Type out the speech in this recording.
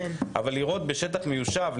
ובטח שלא לירות בשטח מיושב,